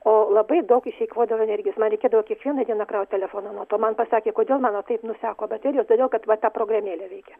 o labai daug išeikvodavo energijos reikėdavo kiekvieną dieną kraut telefoną nuo to man pasakė kodėl mano taip nuseko baterija todėl kad va ta programėlė veikia